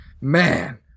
man